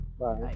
Bye